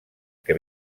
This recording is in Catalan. que